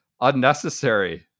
unnecessary